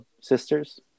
sisters